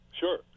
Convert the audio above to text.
Sure